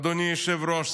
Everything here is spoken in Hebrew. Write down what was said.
אדוני היושב-ראש,